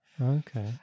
Okay